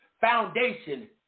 foundation